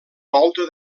volta